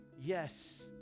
Yes